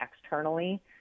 externally